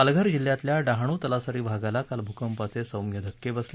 पालघर जिल्ह्यातल्या डहाणू तलासरी भागाला काल भूकंपाचे सौम्य धक्के बसले